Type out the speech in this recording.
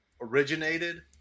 originated